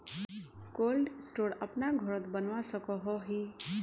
Cold store अपना घोरोत बनवा सकोहो ही?